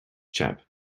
chap